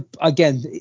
Again